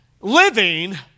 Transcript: living